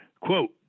quote